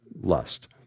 lust